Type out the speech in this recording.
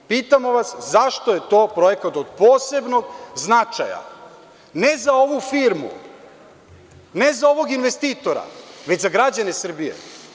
Pitamo vas, zašto je to projekat od posebnog značaja, ne za ovu firmu, ne za ovog investitora, već za građane Srbije?